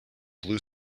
blue